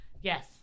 Yes